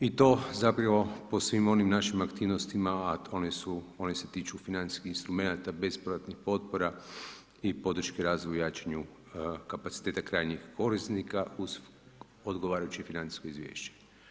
I to zapravo po svim onim našim aktivnostima, a one se tiču financijskih instrumenata bespovratnih potpora i podrške razvoja jačanja kapaciteta krajnjih korisnika uz odgovarajuće financijsko izvješće.